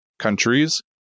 countries